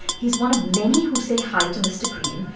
he's one of many who say hi to mr. greene,